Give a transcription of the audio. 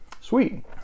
Sweet